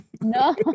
no